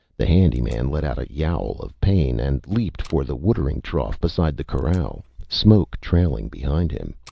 the handy man let out a yowl of pain and leaped for the watering trough beside the corral, smoke trailing behind him.